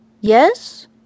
Yes